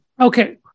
Okay